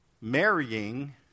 marrying